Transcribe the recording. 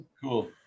Cool